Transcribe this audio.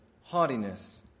haughtiness